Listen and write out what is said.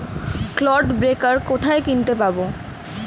Clod breaker কোথায় কিনতে পাব?